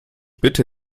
bitte